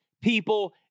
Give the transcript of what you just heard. people